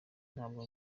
ntabwo